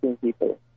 people